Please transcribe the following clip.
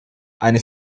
einer